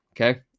Okay